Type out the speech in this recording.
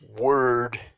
word